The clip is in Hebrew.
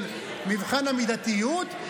מבחן המידתיות,